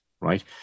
right